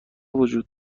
وجود